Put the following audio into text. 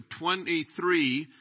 23